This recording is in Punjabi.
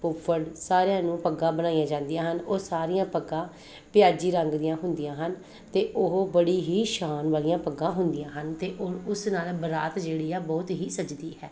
ਫੁੱਫੜ ਸਾਰਿਆਂ ਨੂੰ ਪੱਗਾਂ ਬਨਾਈਆਂ ਜਾਂਦੀਆਂ ਹਨ ਉਹ ਸਾਰੀਆਂ ਪੱਗਾਂ ਪਿਆਜ਼ੀ ਰੰਗ ਦੀਆਂ ਹੁੰਦੀਆਂ ਹਨ ਅਤੇ ਉਹ ਬੜੀ ਹੀ ਸ਼ਾਨ ਵਾਲੀਆਂ ਪੱਗਾਂ ਹੁੰਦੀਆਂ ਹਨ ਅਤੇ ਉਹ ਉਸ ਨਾਲ ਬਰਾਤ ਜਿਹੜੀ ਆ ਬਹੁਤ ਹੀ ਸੱਜਦੀ ਹੈ